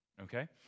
Okay